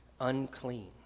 unclean